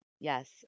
Yes